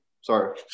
sorry